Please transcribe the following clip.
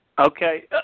Okay